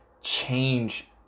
change